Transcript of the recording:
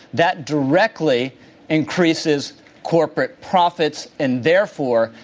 that directly increases corporate profits, and therefore,